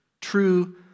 true